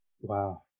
Wow